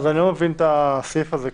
אני לא מבין את הסעיף הזה.